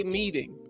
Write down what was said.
meeting